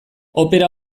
opera